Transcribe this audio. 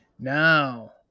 Now